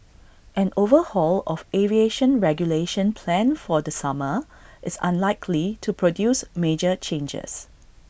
an overhaul of aviation regulation planned for the summer is unlikely to produce major changes